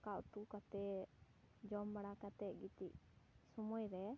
ᱫᱟᱠᱟ ᱩᱛᱩ ᱠᱟᱛᱮ ᱡᱚᱢ ᱵᱟᱲᱟ ᱠᱟᱛᱮ ᱜᱤᱛᱤᱡ ᱥᱚᱢᱚᱭ ᱨᱮ